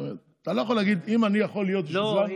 אתה לא יכול להגיד: אם אני יכול להיות, לא.